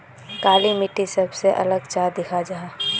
काली मिट्टी सबसे अलग चाँ दिखा जाहा जाहा?